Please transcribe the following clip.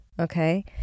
okay